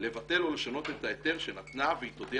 לבטל או לשנות את ההיתר שנתנה והיא תודיע